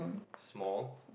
small